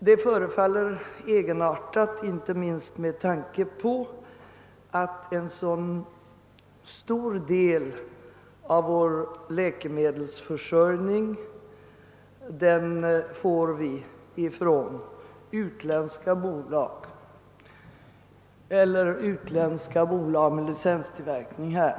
Det synes egenartat, inte minst med tanke på att vi får en så stor del av vår läkemedelsförsörjning tillgodosedd genom utländska bolag eller utländska bolag med licenstillverkning här.